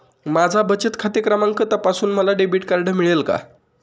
माझा बचत खाते क्रमांक तपासून मला डेबिट कार्ड मिळेल का?